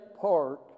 park